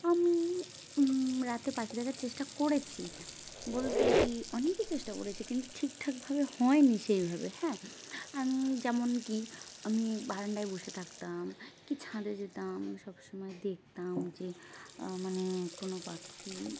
আমি রাতে পাখি দেখার চেষ্টা করেছি বলতে কী অনেকই চেষ্টা করেছি কিন্তু ঠিকঠাকভাবে হয়নি সেইভাবে হ্যাঁ আমি যেমন কী আমি বারান্দায় বসে থাকতাম কী ছাদে যেতাম সবসময় দেখতাম যে মানে কোনো পাখি